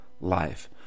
life